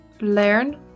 learn